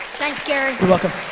thanks gary. you're welcome,